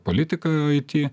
politiką it